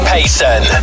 Payson